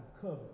cover